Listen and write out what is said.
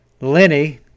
Lenny